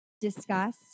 discuss